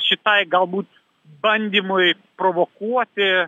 šitai galbūt bandymui provokuoti